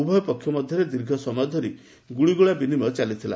ଉଭୟ ପକ୍ଷ ମଧ୍ୟରେ ଦୀର୍ଘ ସମୟ ଧରି ଗୁଳିଗୋଳା ବିନିମୟ ଚାଲିଥିଲା